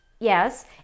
yes